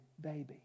baby